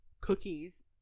cookies